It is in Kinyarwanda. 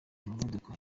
umuvuduko